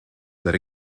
that